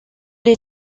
les